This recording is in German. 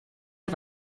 auf